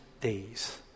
days